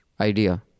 idea